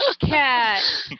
Cat